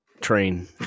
train